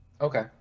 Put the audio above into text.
Okay